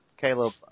Caleb